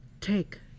take